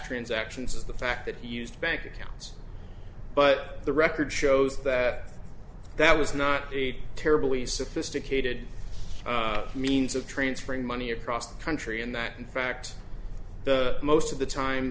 transactions is the fact that he used bank accounts but the record shows that that was not a terribly sophisticated means of transferring money across the country and that in fact most of the time